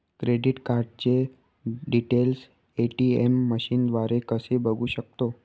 Credit कार्डचे details ATM मशीनद्वारे कसे बघू शकतो?